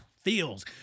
feels